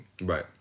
Right